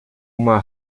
uma